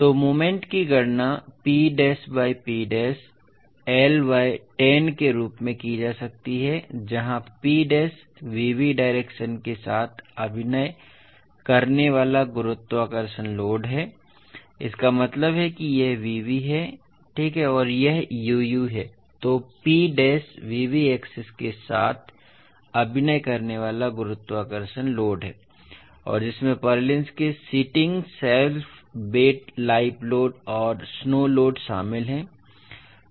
तो मोमेंट की गणना P dash by P dash L by 10 के रूप में की जा सकती है जहां P dash v v direction के साथ अभिनय करने वाला गुरुत्वाकर्षण लोड है इसका मतलब है कि यह v v है ठीक है और यह u u है इसलिए P dash v v axis के साथ अभिनय करने वाला गुरुत्वाकर्षण लोड है और जिसमें पुर्लिन्स के sheeting self weight live load और स्नो लोड शामिल हैं ठीक है